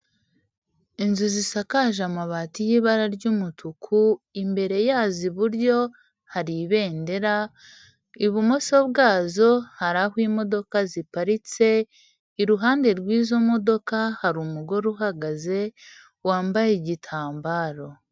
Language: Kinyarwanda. Inzu zisakaje amabati y'ibara ry'umutuku imbere yazo iburyo hari ibendera, ibumoso bwazo hari aho imodoka ziparitse, iruhande rw'izo modoka hari umugore uhagaze wambaye igitambaro.